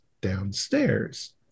downstairs